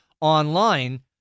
online